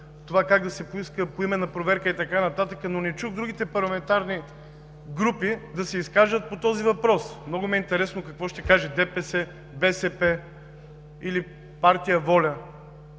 това как да се поиска поименна проверка и така нататък, но не чух другите парламентарни групи да се изкажат по този въпрос. Много ми е интересно какво ще каже ДПС, БСП или партия „Воля“